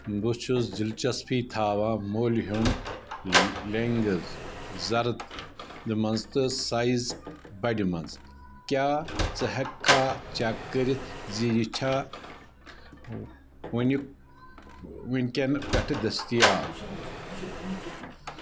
بہٕ چھُس دلچسپی تھاوان مٔلۍ ہیوٚن لینٛگٕز زرد منٛز تہٕ سایِز بڑِ منٛز کیٛاہ ژٕ ہیٚککھا چیک کٔرِتھ زِ یہ چھا ووٚنیُک وٕنۍکٮ۪ن پٮ۪ٹھٕ دٔستیاب